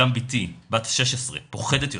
גם ביתי בת 16 פוחדת יותר.